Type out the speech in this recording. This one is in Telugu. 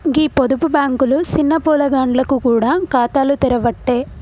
గీ పొదుపు బాంకులు సిన్న పొలగాండ్లకు గూడ ఖాతాలు తెరవ్వట్టే